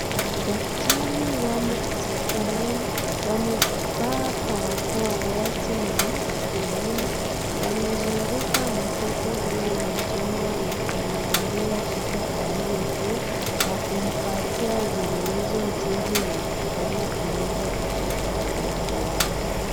Daktari wamo hospitalini. Wamevaa barakoa wote na vilema. Wamezunguka mtoto huyu mchanga na kumwangalia shida aliyokuwa na kumpatia suluhisho, jinsi ya kufanya ugonjwa utoke mwilini mwake.